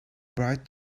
bright